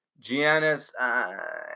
Giannis